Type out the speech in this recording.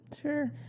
sure